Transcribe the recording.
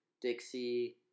Dixie